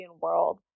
world